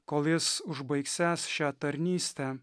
kol jis užbaigsiąs šią tarnystę